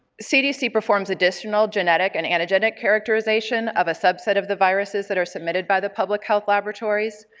cdc performs additional genetic and antigenemic characterization of a subset of the viruses that are submitted by the public health laboratories,